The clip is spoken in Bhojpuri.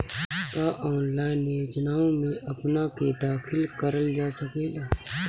का ऑनलाइन योजनाओ में अपना के दाखिल करल जा सकेला?